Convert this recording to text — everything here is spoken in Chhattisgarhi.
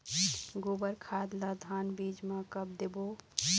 गोबर खाद ला धान बीज म कब देबो?